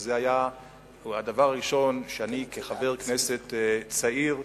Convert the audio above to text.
שזה היה הדבר הראשון שאני, כחבר כנסת צעיר,